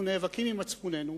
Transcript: אנחנו נאבקים עם מצפוננו,